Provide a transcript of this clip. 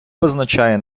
визначає